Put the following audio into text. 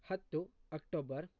ಹತ್ತು ಅಕ್ಟೋಬರ್